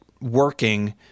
working